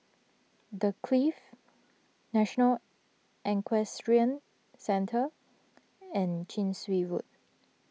the Clift National Equestrian Centre and Chin Swee Road